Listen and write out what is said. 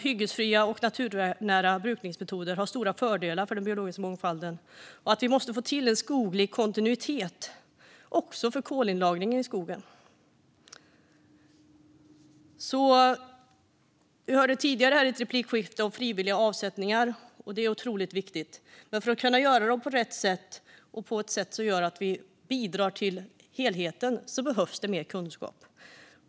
Hyggesfria och naturnära brukningsmetoder har stora fördelar för den biologiska mångfalden, och vi måste få till en skoglig kontinuitet - också för kolinlagringen i skogen. Vi hörde i ett tidigare replikskifte om frivilliga avsättningar. Det är otroligt viktigt. Men för att kunna göra dem på rätt sätt och på ett sätt som gör att vi bidrar till helheten behövs mer kunskap.